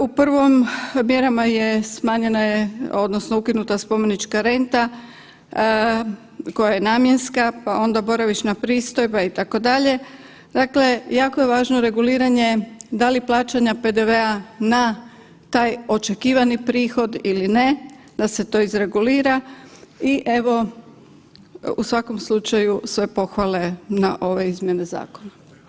U prvom mjerama je smanjena je odnosno ukinuta spomenička renta koja je namjenska, pa onda boravišna pristojba itd., dakle jako je važno reguliranje da li plaćanja PDV-a na taj očekivani prihod ili ne, da se to izregulira i evo u svakom slučaju sve pohvale na ove izmjene zakona.